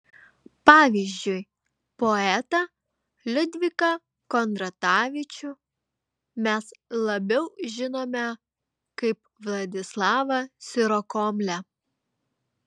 pavyzdžiui poetą liudviką kondratavičių mes labiau žinome kaip vladislavą sirokomlę